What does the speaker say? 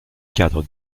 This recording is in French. cadres